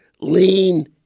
lean